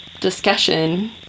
discussion